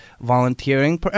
volunteering